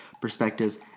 perspectives